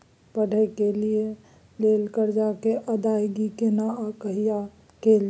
पढै के लिए लेल कर्जा के अदायगी केना आ कहिया कैल जेतै?